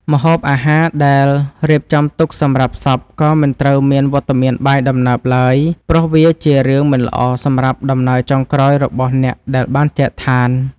ម្ហូបអាហារដែលរៀបចំទុកសម្រាប់សពក៏មិនត្រូវមានវត្តមានបាយដំណើបឡើយព្រោះវាជារឿងមិនល្អសម្រាប់ដំណើរចុងក្រោយរបស់អ្នកដែលបានចែកឋាន។